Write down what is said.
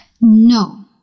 no